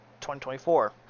2024